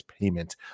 payment